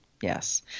yes